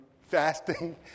fasting